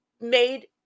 made